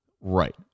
Right